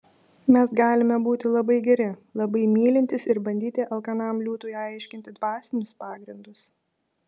mes galime būti labai geri labai mylintys ir bandyti alkanam liūtui aiškinti dvasinius pagrindus